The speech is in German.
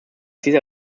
dieser